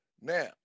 Now